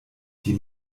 die